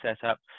setup